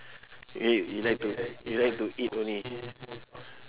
eh you like to you like to eat only